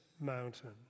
mountain